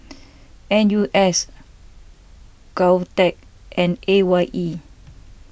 N U S Govtech and A Y E